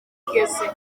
ntigeze